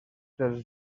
dels